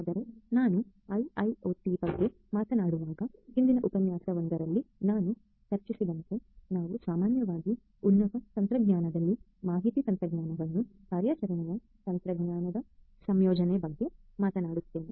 ಆದ್ದರಿಂದ ನಾವು ಐಐಒಟಿ ಬಗ್ಗೆ ಮಾತನಾಡುವಾಗ ಹಿಂದಿನ ಉಪನ್ಯಾಸವೊಂದರಲ್ಲಿ ನಾವು ಚರ್ಚಿಸಿದಂತೆ ನಾವು ಸಾಮಾನ್ಯವಾಗಿ ಉನ್ನತ ತಂತ್ರಜ್ಞಾನದಲ್ಲಿ ಮಾಹಿತಿ ತಂತ್ರಜ್ಞಾನವನ್ನು ಕಾರ್ಯಾಚರಣೆಯ ತಂತ್ರಜ್ಞಾನದೊಂದಿಗೆ ಸಂಯೋಜಿಸುವ ಬಗ್ಗೆ ಮಾತನಾಡುತ್ತೇವೆ